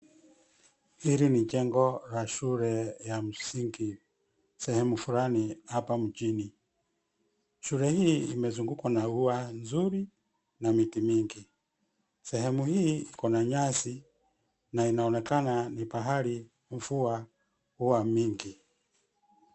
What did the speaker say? Hili ni jengo la shule ya msingi, sehemu flani hapa mjini. Shule hii imezungukwa na ua nzuri na miti mingi. Sehemu hii iko na nyasi na inaonekana ni pahali mvua huwa mingi.